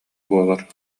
буолар